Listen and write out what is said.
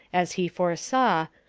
as he foresaw,